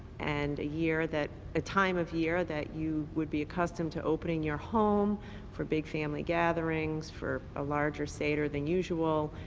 and a year that a time of year that you would be accustomed to opening your home for big family gatherings, for a larger sader than usual.